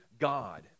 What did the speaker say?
God